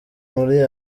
muri